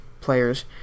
players